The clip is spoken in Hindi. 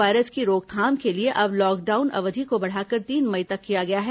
कोरोना वायरस की रोकथाम के लिए अब लॉकडाउन अवधि को बढ़ाकर तीन मई तक किया गया है